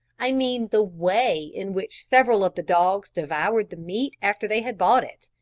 i mean the way in which several of the dogs devoured the meat after they had bought it.